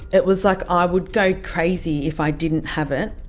it was like i would go crazy if i didn't have it,